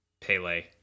Pele